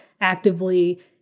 actively